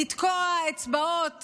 לתקוע אצבעות